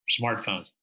smartphones